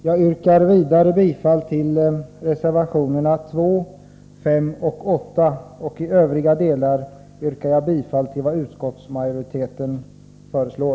Jag yrkar vidare bifall till reservationerna 2, 5 och 8 och i övriga delar bifall till vad utskottsmajoriteten föreslår.